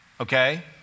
Okay